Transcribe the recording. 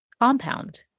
compound